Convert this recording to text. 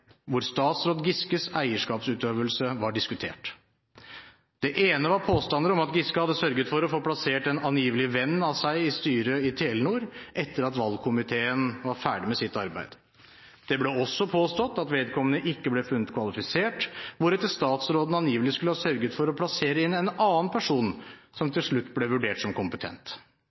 hvor statsråd Giskes eierskapsutøvelse var diskutert. Den ene var påstander om at Giske hadde sørget for å få plassert en angivelig venn av seg i styret i Telenor, etter at valgkomiteen var ferdig med sitt arbeid. Det ble også påstått at vedkommende ikke ble funnet kvalifisert, hvoretter statsråden angivelig skulle ha sørget for å plassere inn en annen person som til slutt ble vurdert som kompetent.